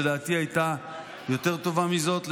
לדעתי היא הייתה יותר טובה מזאת.